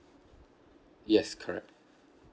yes correct